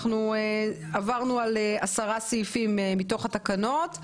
עברנו על 10 סעיפים מתוך התקנות.